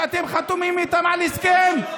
שאתם חתומים איתם על הסכם,